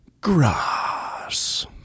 Grass